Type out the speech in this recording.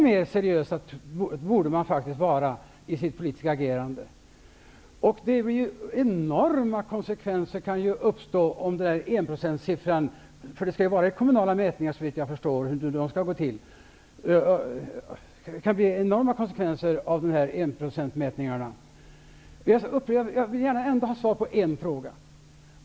Ny demokratis förslag om 1 % stöd kunde få enorma konsekvenser. Såvitt jag förstår skulle det vara kommunala opinionsmätningar. Jag vill gärna ha ett svar på en fråga.